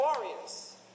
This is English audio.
warriors